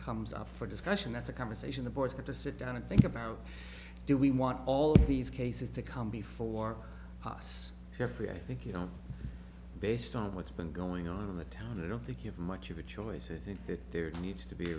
comes up for discussion that's a conversation the boys have to sit down and think about do we want all of these cases to come before us jeffrey i think you know based on what's been going on in the town of the give much of a choice is it that there needs to be